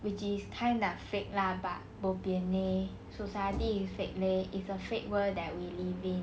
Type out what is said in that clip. which is kind of fake lah but bo pian leh society is fake leh it's a fake world that we live in